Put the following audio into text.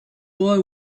boy